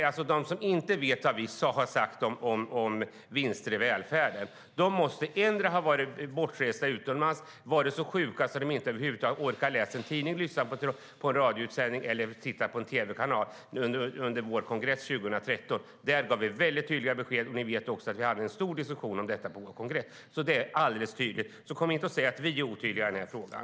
De som inte vet vad vi har sagt om vinster i välfärden måste endera ha varit utomlands eller varit så sjuka att de över huvud taget inte har orkat läsa en tidning, lyssna på radio eller titta på tv under vår kongress 2013. Där gav vi tydliga besked. Ni vet att vi hade en stor diskussion om detta på vår kongress. Det är alltså alldeles tydligt, så kom inte och säg att vi är otydliga i den här frågan.